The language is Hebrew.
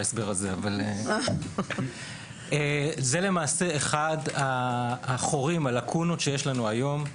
זה אחת הלקונות שיש לנו היום.